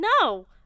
No